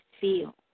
feel